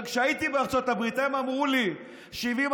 רק כשהייתי בארצות הברית הם אמרו לי,